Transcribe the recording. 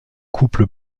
couple